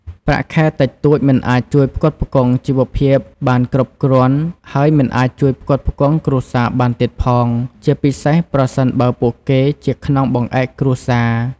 ប្រាក់ខែតិចតួចមិនអាចជួយផ្គត់ផ្គង់ជីវភាពបានគ្រប់គ្រាន់ ហើយមិនអាចជួយផ្គត់ផ្គង់គ្រួសារបានទៀតផង ជាពិសេសប្រសិនបើពួកគេជាខ្នងបង្អែកគ្រួសារ។